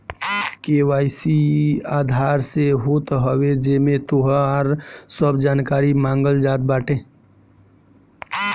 KYC Aadhaar से होत हवे जेमे तोहार सब जानकारी मांगल जात बाटे